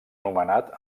nomenat